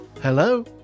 Hello